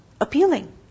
appealing